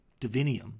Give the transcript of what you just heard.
divinium